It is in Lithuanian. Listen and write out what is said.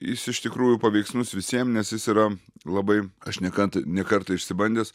jis iš tikrųjų paveiksnus visiem nes jis yra labai aš ne kant ne kartą išsibandęs